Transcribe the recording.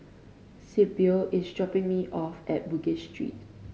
Sibyl is dropping me off at Bugis Street